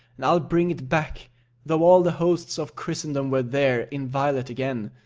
and i'll bring it back though all the hosts of christendom were there, inviolate again!